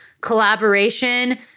Collaboration